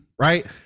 Right